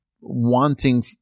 wanting